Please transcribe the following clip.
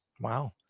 Wow